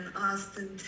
Austin